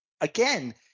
again